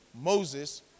Moses